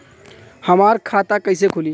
हमार खाता कईसे खुली?